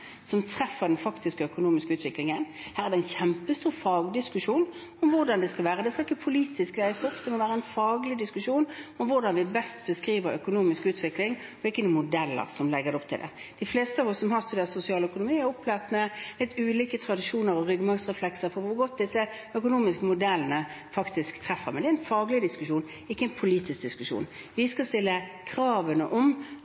som treffer den faktiske økonomiske utviklingen. Her er det en kjempestor fagdiskusjon om hvordan det skal være. Det skal ikke politisk veies opp, det må være en faglig diskusjon om hvordan vi best beskriver økonomisk utvikling og ikke noen modeller som legger opp til det. De fleste av oss som har studert sosialøkonomi, er opplært med litt ulike tradisjoner og ryggmargsreflekser for hvor godt disse økonomiske modellene faktisk treffer. Men det er en faglig diskusjon, ikke en politisk diskusjon. Vi skal stille kravene om